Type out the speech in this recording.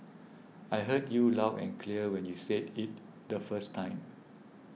I heard you aloud and clear when you said it the first time